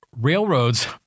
Railroads